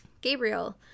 Gabriel